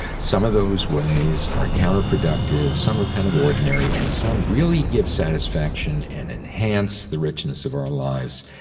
some of those ways are counterproductive, some are kind of ordinary, and some really give satisfaction and enhance the richness of our lives.